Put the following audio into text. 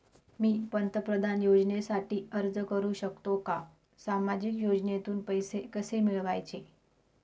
मी पंतप्रधान योजनेसाठी अर्ज करु शकतो का? सामाजिक योजनेतून पैसे कसे मिळवायचे